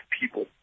people